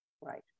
Right